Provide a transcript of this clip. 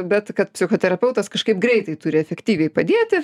bet kad psichoterapeutas kažkaip greitai turi efektyviai padėti